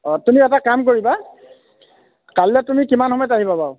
অঁ তুমি এটা কাম কৰিবা কালিলে তুমি কিমান সময়ত আহিবা বাৰু